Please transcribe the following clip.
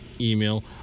email